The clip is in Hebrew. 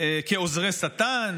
כעוזרי שטן,